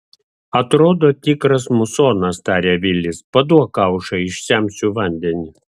atrodo tikras musonas tarė vilis paduok kaušą išsemsiu vandenį